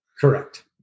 correct